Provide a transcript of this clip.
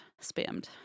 spammed